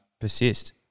persist